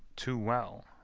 too well.